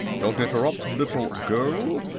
don't interrupt, little girl,